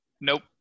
Nope